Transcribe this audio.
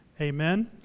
Amen